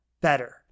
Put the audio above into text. better